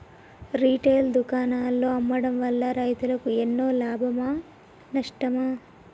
Retail దుకాణాల్లో అమ్మడం వల్ల రైతులకు ఎన్నో లాభమా నష్టమా?